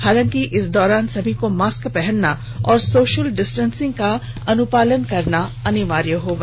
हालांकी इस दौरान सभी को मास्क पहनना और सोशल डिस्टेंसिंग का अनुपालन अनिवार्य होगा